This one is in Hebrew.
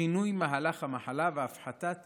שינוי מהלך המחלה והפחתת